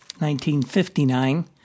1959